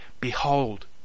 Behold